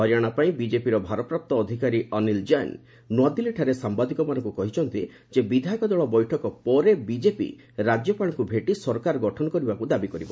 ହରିଆଣା ପାଇଁ ବିଜେପିର ଭାରପ୍ରାପ୍ତ ଅଧିକାରୀ ଅନୀଲ ଜୈନ ନୂଆଦିଲ୍ଲୀରେ ସାମ୍ବାଦିକମାନଙ୍କୁ କହିଛନ୍ତି ବିଧାୟକ ଦଳ ବୈଠକ ପରେ ବିଜେପି ରାଜ୍ୟପାଳଙ୍କୁ ଭେଟି ସରକାର ଗଠନ କରିବାକୁ ଦାବି କରିବ